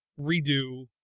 redo